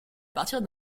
partir